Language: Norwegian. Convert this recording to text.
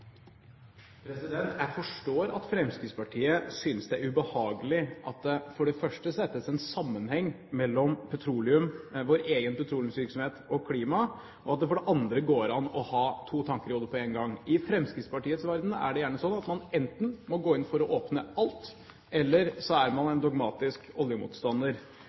sammenheng mellom vår egen petroleumsvirksomhet og klimaet, og at det for det andre går an å ha to tanker i hodet på en gang. I Fremskrittspartiets verden er det gjerne slik at man enten må gå inn for å åpne alt, eller så er man en dogmatisk oljemotstander.